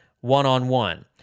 one-on-one